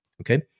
okay